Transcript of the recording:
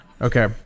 Okay